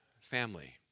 family